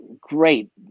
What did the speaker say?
great